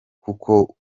kuko